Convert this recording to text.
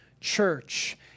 church